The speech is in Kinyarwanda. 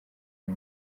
aya